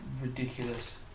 ridiculous